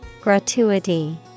Gratuity